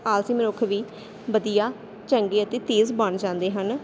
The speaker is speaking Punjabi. ਆਲਸੀ ਮਨੁੱਖ ਵੀ ਵਧੀਆ ਚੰਗੇ ਅਤੇ ਤੇਜ਼ ਬਣ ਜਾਂਦੇ ਹਨ